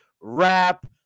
rap